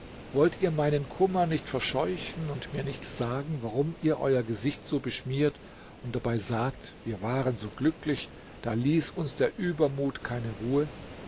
wollt ihr meinen kummer nicht verscheuchen und mir nicht sagen warum ihr euer gesicht so beschmiert und dabei sagt wir waren so glücklich da ließ uns der übermut keine ruhe